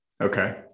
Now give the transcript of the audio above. Okay